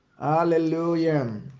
Hallelujah